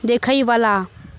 देखयवला